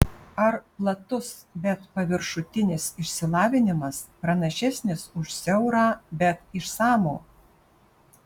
ar platus bet paviršutinis išsilavinimas pranašesnis už siaurą bet išsamų